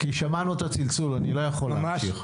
כי שמענו את הצלצול, אני לא יכול להמשיך.